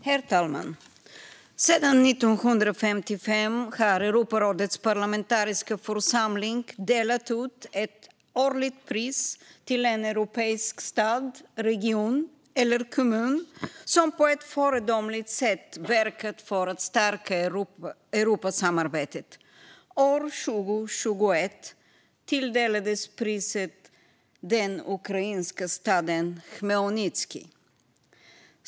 Herr talman! Sedan 1955 har Europarådets parlamentariska församling delat ut ett årligt pris till en europeisk stad, region eller kommun som på ett föredömligt sätt har verkat för att stärka Europasamarbetet. År 2021 tilldelades priset den ukrainska staden Chmelnytskyj.